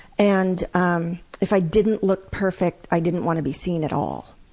and um if i didn't look perfect, i didn't want to be seen at all.